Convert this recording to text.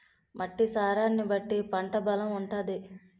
మట్టి సారాన్ని బట్టి పంట బలం ఉంటాది